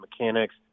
mechanics